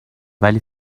ولی